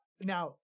Now